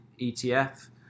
ETF